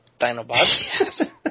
Dinobots